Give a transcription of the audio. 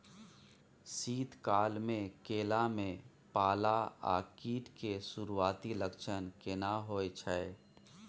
शीत काल में केला में पाला आ कीट के सुरूआती लक्षण केना हौय छै?